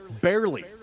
Barely